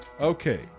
Okay